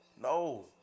No